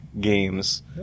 games